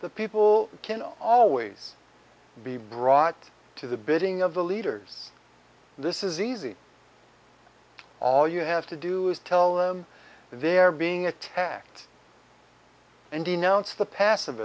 the people can always be brought to the bidding of the leaders this is easy all you have to do is tell them they're being attacked and denounce the passive